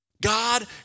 God